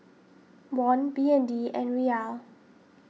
Won B N D and Riyal